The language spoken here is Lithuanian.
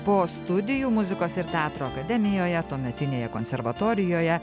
po studijų muzikos ir teatro akademijoje tuometinėje konservatorijoje